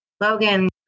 Logan